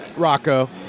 Rocco